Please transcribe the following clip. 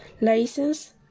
license